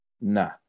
nah